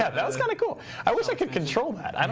that that was kind of cool. i wish i could control that. um